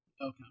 Okay